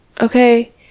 okay